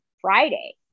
Friday